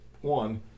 one